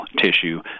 tissue